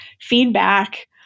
feedback